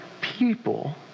people